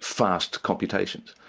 fast computations.